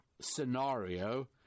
scenario